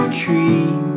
tree